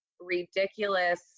ridiculous